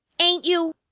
ain't you?